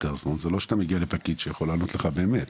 זאת אומרת שזה לא שאתה מגיע לפקיד שיכול לעזור לך באמת.